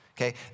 okay